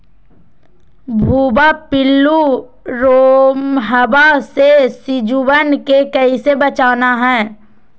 भुवा पिल्लु, रोमहवा से सिजुवन के कैसे बचाना है?